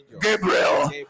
gabriel